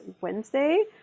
Wednesday